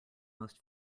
most